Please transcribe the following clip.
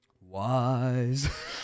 Wise